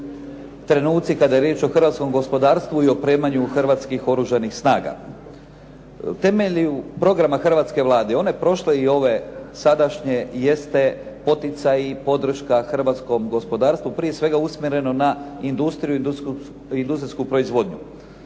trenuci kada je riječ o hrvatskom gospodarstvu i opremanju hrvatskih Oružanih snaga. Temelji programa u hrvatskoj Vladi, one prošle i ove sadašnje jeste poticaju, podrška hrvatskom gospodarstvu, prije svega usmjereno na industriju i industrijsku proizvodnju.